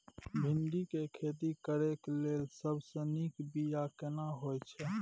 भिंडी के खेती करेक लैल सबसे नीक बिया केना होय छै?